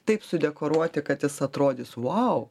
taip sudekoruoti kad jis atrodys vau